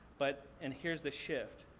but, and here's the shift.